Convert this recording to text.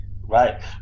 Right